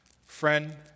Friend